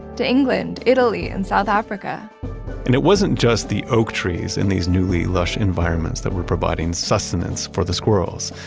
to england, italy, and south africa and it wasn't just the oak trees in these newly lush environments that were providing sustenance for the squirrels.